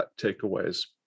takeaways